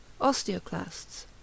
osteoclasts